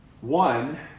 one